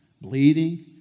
Bleeding